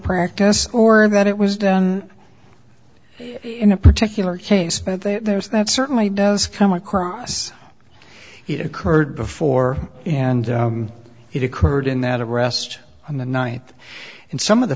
practice or that it was done in a particular case but there's that certainly does come across it occurred before and it occurred in that arrest on the night and some of the